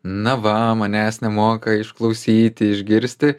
na va manęs nemoka išklausyti išgirsti